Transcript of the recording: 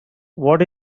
what